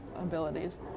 abilities